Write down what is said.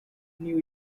new